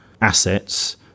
assets